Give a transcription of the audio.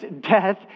death